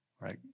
right